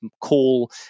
call